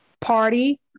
party